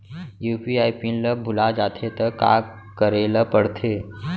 UPI PIN ल भुला जाथे त का करे ल पढ़थे?